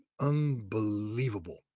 unbelievable